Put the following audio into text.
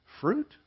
fruit